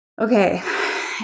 okay